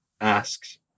asks